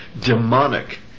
demonic